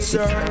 Sir